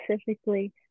specifically